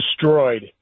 destroyed